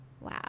Wow